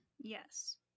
Yes